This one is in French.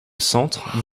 centre